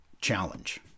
challenge